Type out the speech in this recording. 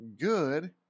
good